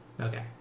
Okay